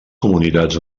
comunitats